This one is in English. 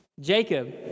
Jacob